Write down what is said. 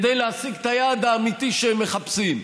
כדי להשיג את היעד האמיתי שהם מחפשים,